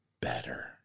better